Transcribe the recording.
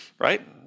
right